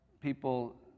people